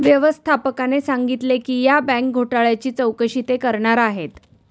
व्यवस्थापकाने सांगितले की या बँक घोटाळ्याची चौकशी ते करणार आहेत